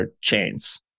chains